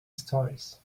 stories